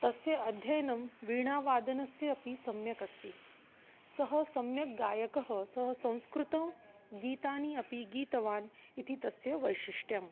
तस्य अध्ययनं वीणावादनस्य अपि सम्यक् अस्ति सः सम्यक् गायकः सः संस्कृते गीतानि अपि गीतवान् इति तस्य वैशिष्ट्यम्